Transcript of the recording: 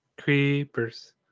creepers